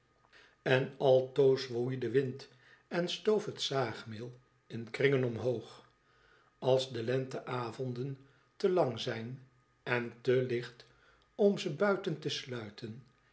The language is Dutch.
n altoos woei de wind en stoof het zaagmeel in kringen omhoog ab de lenteavonden te lang zijn en te licht om ze buiten te sluiten